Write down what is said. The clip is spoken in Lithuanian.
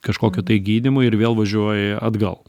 kažkokio tai gydymo ir vėl važiuoji atgal